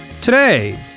Today